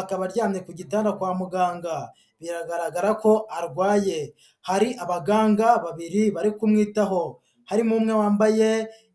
akaba aryamye ku gitanda kwa muganga, biragaragara ko arwaye, hari abaganga babiri bari kumwitaho, harimo umwe wambaye